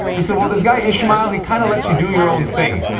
he said well, this guy, ishmael, he kind of lets you do your own thing.